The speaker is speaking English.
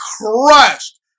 crushed